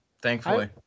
thankfully